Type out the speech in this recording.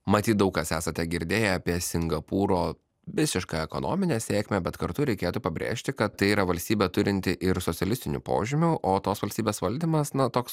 matyt daug kas esate girdėję apie singapūro visišką ekonominę sėkmę bet kartu reikėtų pabrėžti kad tai yra valstybė turinti ir socialistinių požymių o tos valstybės valdymas ne toks